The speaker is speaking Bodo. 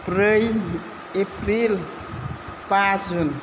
ब्रै एप्रिल बा जुन